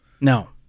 No